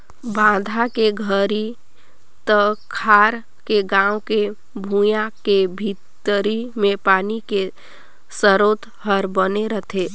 बांधा के घरी तखार के गाँव के भुइंया के भीतरी मे पानी के सरोत हर बने रहथे